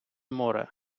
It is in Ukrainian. море